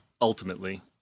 ultimately